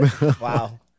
Wow